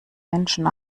menschen